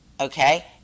Okay